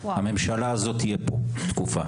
הממשלה הזאת תהיה פה תקופה,